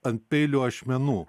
ant peilio ašmenų